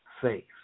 faith